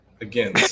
Again